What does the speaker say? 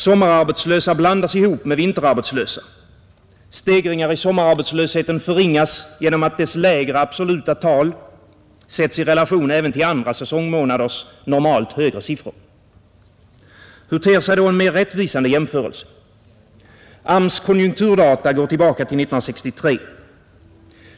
Sommararbetslösa blandas ihop med vinterarbetslösa. Stegringar i sommararbetslösheten förringas genom att dess lägre absoluta tal sätts i relation även till andra säsongmånaders normalt högre siffror. Hur ter sig då en mer rättvisande jämförelse? AMS:s konjunkturdata går tillbaka till 1963.